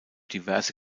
diverse